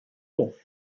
all